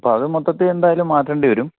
അപ്പോൾ അത് മൊത്തത്തിൽ എന്തായാലും മാറ്റേണ്ടിവരും